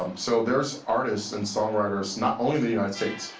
um so there's artists and songwriters not only in the united states,